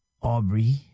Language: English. Aubrey